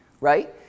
right